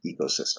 ecosystem